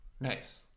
Nice